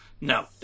No